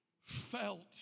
felt